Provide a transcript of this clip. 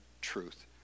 truth